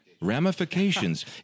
Ramifications